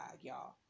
y'all